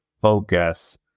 focus